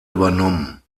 übernommen